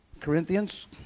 Corinthians